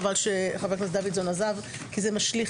חבל שחבר הכנסת דוידסון עזב כי זה משליך